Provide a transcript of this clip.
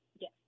Yes